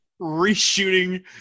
reshooting